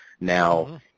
Now